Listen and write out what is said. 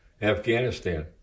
Afghanistan